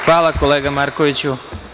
Hvala, kolega Markoviću.